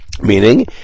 Meaning